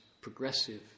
progressive